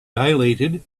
dilated